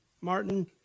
Martin